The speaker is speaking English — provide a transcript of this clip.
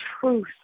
truth